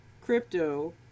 crypto